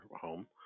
home